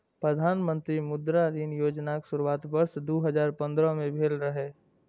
प्रधानमंत्री मुद्रा ऋण योजनाक शुरुआत वर्ष दू हजार पंद्रह में भेल रहै